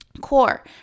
core